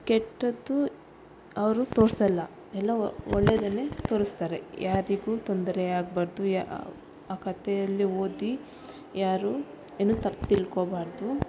ಕೆಟ್ಟದ್ದು ಅವರು ತೋರಿಸಲ್ಲ ಎಲ್ಲ ಒಳ್ಳೇದನ್ನೆ ತೋರಿಸ್ತಾರೆ ಯಾರಿಗು ತೊಂದರೆ ಆಗಬಾರ್ದು ಯಾ ಆ ಕಥೆಯಲ್ಲಿ ಓದಿ ಯಾರೂ ಏನು ತಪ್ಪು ತಿಳ್ಕೋಬಾರ್ದು